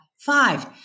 five